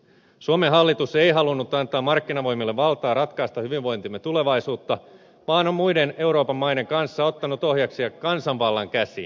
suomen hallitus ei halunnut antaa markkinavoimille valtaa ratkaista hyvinvointimme tulevaisuutta vaan on muiden euroopan maiden kanssa ottanut ohjaksia kansanvallan käsiin